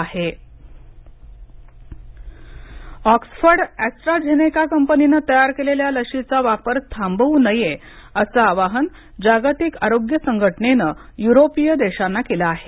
जागतिक आरोग्य संघटना ऑक्सफर्ड एस्ट्राझेनेका कंपनीनं तयार केलेल्या लशीचा वापर थांबवू नये असं आवाहन जागतिक आरोग्य संघटनेनं युरोपीय देशांना केलं आहे